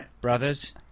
Brothers